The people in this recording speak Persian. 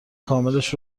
کاملش